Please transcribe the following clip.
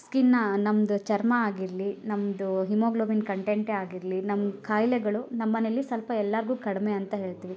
ಸ್ಕಿನ್ನ ನಮ್ಮದು ಚರ್ಮ ಆಗಿರಲಿ ನಮ್ಮದು ಹಿಮೋಗ್ಲೋಬಿನ್ ಕಂಟೆಂಟೇ ಆಗಿರಲಿ ನಮ್ಮ ಕಾಯಿಲೆಗಳು ನಮ್ಮನೆಯಲ್ಲಿ ಸ್ವಲ್ಪ ಎಲ್ಲಾರಿಗೂ ಕಡಿಮೆ ಅಂತ ಹೇಳ್ತೀವಿ